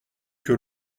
que